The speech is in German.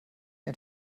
ein